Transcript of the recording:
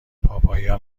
پاپایا